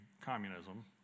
communism